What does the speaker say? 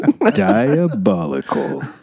Diabolical